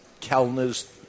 Kellner's